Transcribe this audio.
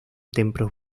templos